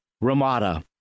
Ramada